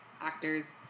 actors